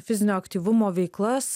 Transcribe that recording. fizinio aktyvumo veiklas